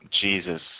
Jesus